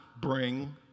bring